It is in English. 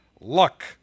luck